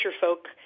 folk